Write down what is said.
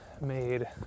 made